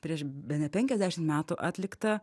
prieš bene penkiasdešimt metų atliktą